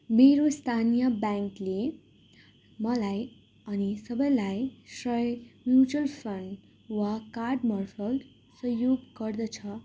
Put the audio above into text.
मेरो स्थानीय ब्याङ्कले मलाई अनि सबैलाई श्रम म्युचल फन्ड वा कार्ड मार्फत् सहयोग गर्दछ